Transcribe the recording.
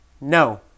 No